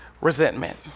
resentment